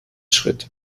schritt